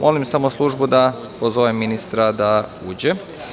Molim samo službu da pozove ministra da uđe.